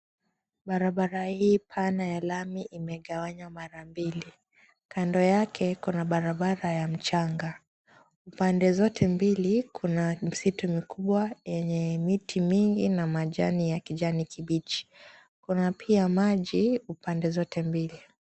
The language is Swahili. Barabara hii pana ya lami imegawanywa mara mbili. Kando yake kuna barabara ya mchanga. Pande zote mbili kuna misitu mikubwa yenye miti mingi na majani ya kijani kibichi. Kuna pia maji upande zote mbili.